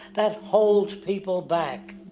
that holds people back.